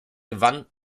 gewann